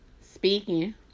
speaking